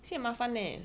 sibei 麻烦 leh